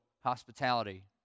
hospitality